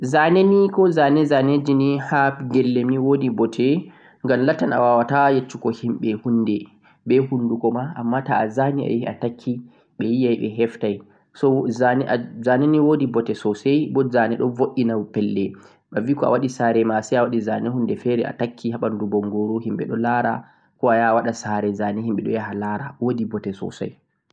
Zanee nii ha gelle wodi bote sosai ngam to latti awawata yeshugo himɓe ko'amari haaje toh awawan azana to himɓe yii ɓeheftan.